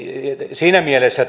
siinä mielessä